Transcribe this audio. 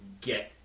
get